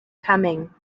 coming